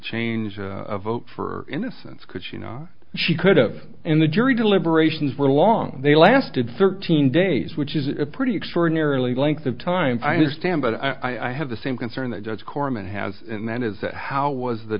change a vote for innocence could she not she could have and the jury deliberations were long they lasted thirteen days which is a pretty extraordinary length of time i understand but i have the same concern that judge korman has and that is that how was the